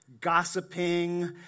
gossiping